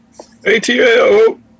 ATL